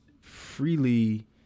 freely